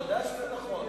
אתה יודע שזה נכון.